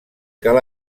cal